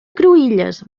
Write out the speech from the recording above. cruïlles